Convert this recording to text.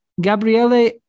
Gabriele